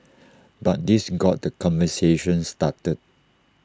but this got the conversation started